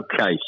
Okay